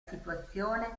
situazione